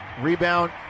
Rebound